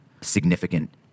significant